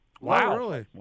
Wow